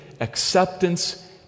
acceptance